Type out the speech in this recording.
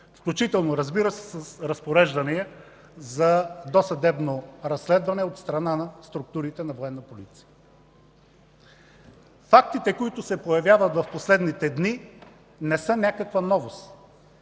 включително разбира се с разпореждания за досъдебно разследване от страна на структурите на Военна полиция. Фактите, които се появяват в последните дни, не са някаква новост